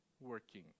working